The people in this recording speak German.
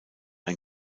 ein